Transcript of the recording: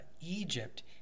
Egypt